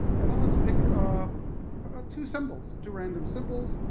and then let's pick um ah two symbols, two random symbols,